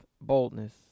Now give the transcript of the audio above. boldness